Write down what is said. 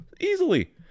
easily